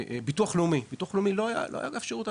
למשל ביטוח לאומי בביטוח לאומי לא היה עד היום אגף שירות,